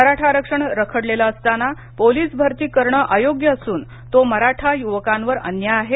मराठा आरक्षण रखडलेलं असताना पोलीस भरती करण अयोग्य असून तो मराठा युवकांवर अन्याय आहे